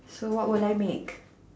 so what will I make